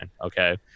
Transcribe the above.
okay